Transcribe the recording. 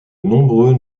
nombreux